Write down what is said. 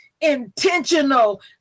intentional